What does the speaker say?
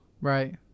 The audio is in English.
Right